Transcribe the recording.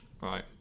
Right